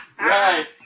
right